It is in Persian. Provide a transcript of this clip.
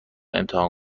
امتحان